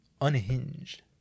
Unhinged